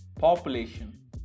Population